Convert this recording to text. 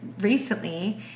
recently